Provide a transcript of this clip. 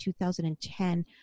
2010